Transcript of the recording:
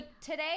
today